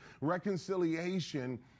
Reconciliation